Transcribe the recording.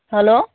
hello